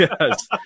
yes